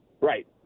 Right